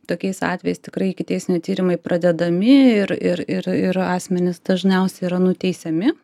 tokiais atvejais tikrai ikiteisminiai tyrimai pradedami ir ir ir ir asmenys dažniausiai yra nuteisiami